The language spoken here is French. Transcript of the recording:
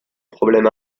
problème